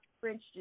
French